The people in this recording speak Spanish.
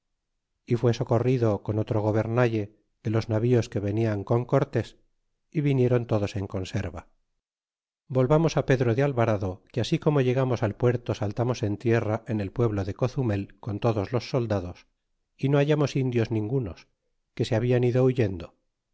y fue socorrido con otro gobernalle de os navíos que venian con cortés y viniéron todos en conserva volvamos á pedro de alvarado que así como llegamos al puerto saltamos en tierra en el pueblo de cozumel bidés loa soldados y no hallamos indios ningunos que se hablan ido huyendo